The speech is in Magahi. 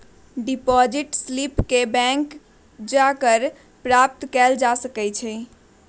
डिपॉजिट स्लिप के बैंक जा कऽ प्राप्त कएल जा सकइ छइ